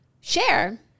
Share